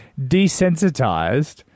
desensitized